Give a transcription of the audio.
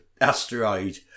asteroid